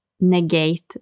negate